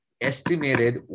estimated